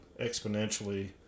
exponentially